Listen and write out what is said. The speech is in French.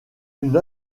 une